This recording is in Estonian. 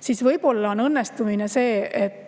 siis võib-olla on õnnestumine see, et